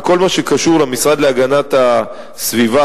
בכל מה שקשור למשרד להגנת הסביבה,